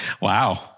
Wow